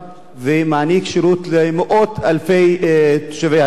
והוא מעניק שירות למאות-אלפי תושבי הנגב.